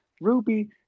Ruby